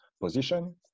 position